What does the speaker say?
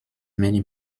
many